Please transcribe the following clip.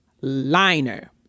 liner